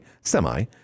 semi